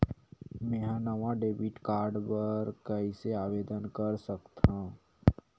मेंहा नवा debit card बर कैसे आवेदन कर सकथव?